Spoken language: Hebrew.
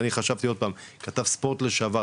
אני כתב ספורט לשעבר,